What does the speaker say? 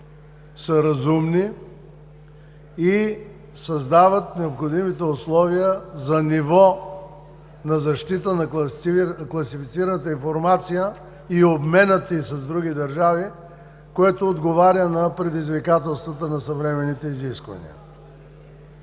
са разумни и създават необходимите условия за ниво на защита на класифицираната информация и обменът ѝ с други държави, което отговаря на предизвикателствата на съвременните изисквания.